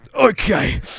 okay